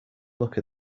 look